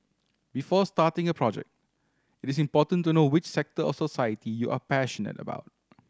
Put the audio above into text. before starting a project it is important to know which sector of society you are passionate about